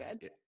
good